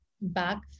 back